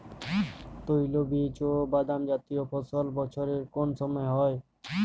তৈলবীজ ও বাদামজাতীয় ফসল বছরের কোন সময় হয়?